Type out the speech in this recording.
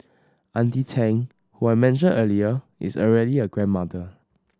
Auntie Tang who I mentioned earlier is already a grandmother